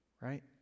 right